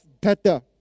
better